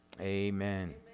Amen